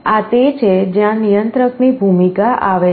આ તે છે જ્યાં નિયંત્રકની ભૂમિકા આવે છે